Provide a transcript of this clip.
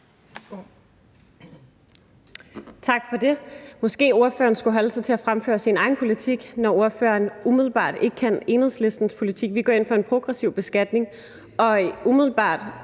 Tak for det. Måske ordføreren skulle holde sig til at fremføre sin egen politik, når ordføreren umiddelbart ikke kan Enhedslistens politik. Vi går ind for en progressiv beskatning og er umiddelbart